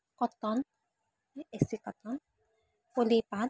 cotton A C cotton poly পাট